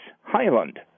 Highland